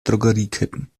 drogerieketten